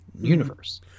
universe